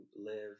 live